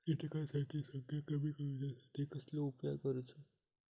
किटकांची संख्या कमी करुच्यासाठी कसलो उपाय करूचो?